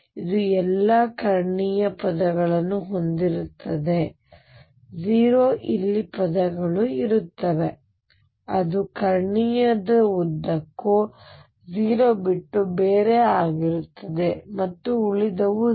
ಇದು ಎಲ್ಲಾ ಕರ್ಣೀಯ ಪದಗಳನ್ನು ಹೊಂದಿರುತ್ತದೆ 0 ಇಲ್ಲಿ ಪದಗಳು ಇರುತ್ತವೆ ಅದು ಕರ್ಣೀಯ ಉದ್ದಕ್ಕೂ 0 ಬಿಟ್ಟು ಬೇರೆ ಆಗಿರುತ್ತದೆ ಮತ್ತು ಉಳಿದವು 0